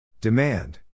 Demand